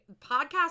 podcast